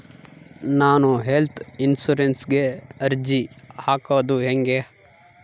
ನಾನು ಹೆಲ್ತ್ ಇನ್ಸುರೆನ್ಸಿಗೆ ಅರ್ಜಿ ಹಾಕದು ಹೆಂಗ?